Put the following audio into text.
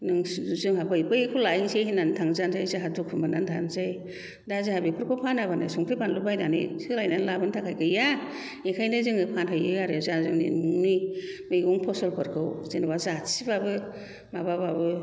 नोंसोर जोंहा फै बैखौ लाहैनसै होननानै थांजानसै जोंहा दुखु मोननानै थानसै दा जोंहा बेफोरखौ फानाबानो संख्रि फानलु बायनानै सोलायनानै लाबोनो गैया बेखायनो जोङो फानहैयो आरो जा जोंनि न'नि मैगं फसलफोरखौ जेन'बा जाथिबाबो माबाबाबो